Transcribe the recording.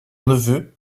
neveu